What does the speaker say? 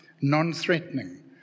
non-threatening